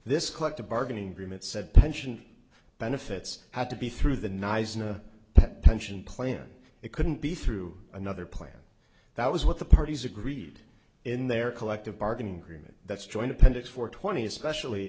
this collective bargaining agreement said pension benefits had to be through the nice in a pension plan it couldn't be through another plan that was what the parties agreed in their collective bargaining agreement that's joined appendix for twenty especially